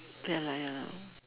ya lah ya lah